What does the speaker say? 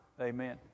Amen